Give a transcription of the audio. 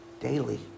Daily